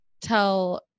tell